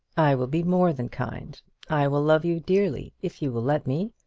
i will be more than kind i will love you dearly if you will let me.